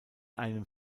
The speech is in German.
einem